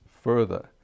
further